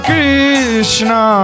Krishna